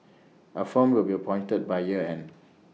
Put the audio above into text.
A firm will be appointed by year end